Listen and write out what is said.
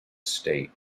state